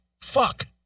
fuck